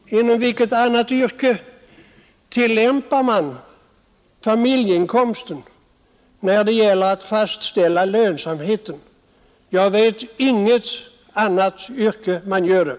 Inom vilket annat yrke går man efter familjeinkomsten när det gäller att fastställa lönsamheten? Jag vet inget annat yrke där man gör det.